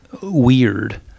weird